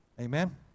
Amen